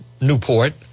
Newport